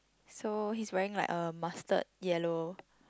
so he's wearing like a mustard yellow